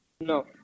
No